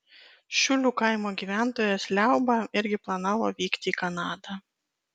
šiulių kaimo gyventojas liauba irgi planavo vykti į kanadą